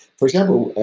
for example,